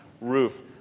roof